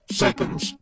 seconds